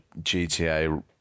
GTA